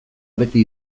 beti